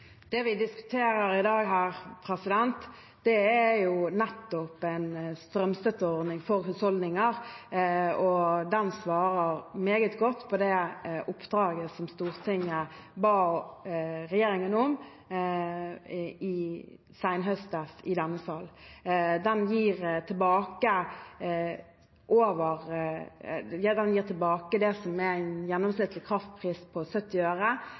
Det vi diskuterer i dag, er nettopp en strømstøtteordning for husholdninger, og den svarer meget godt på det oppdraget som Stortinget ba regjeringen om senhøstes i denne sal. Den gir tilbake med 80 pst., over det som er en gjennomsnittlig kraftpris på